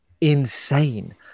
insane